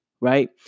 right